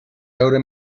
veure